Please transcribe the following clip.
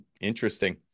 interesting